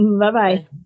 bye-bye